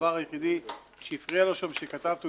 הדבר היחידי שהפריע לו שם הוא שכתבתי הוא